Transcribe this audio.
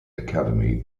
academy